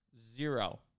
zero